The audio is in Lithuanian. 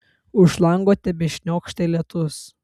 už lango tebešniokštė lietus